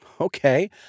okay